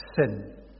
sin